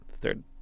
third